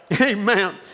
Amen